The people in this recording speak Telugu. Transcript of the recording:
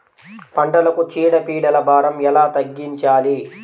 పంటలకు చీడ పీడల భారం ఎలా తగ్గించాలి?